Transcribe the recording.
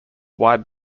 wide